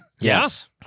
Yes